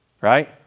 Right